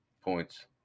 Points